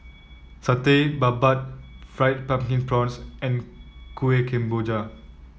Satay Babat Fried Pumpkin Prawns and Kueh Kemboja